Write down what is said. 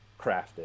crafted